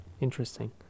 interesting